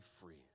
free